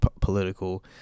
political